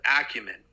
acumen